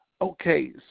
okay